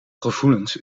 gevoelens